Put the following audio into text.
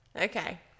Okay